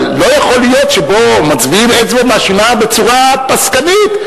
אבל לא יכול להיות שפה מצביעים באצבע מאשימה בצורה פסקנית,